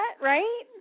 right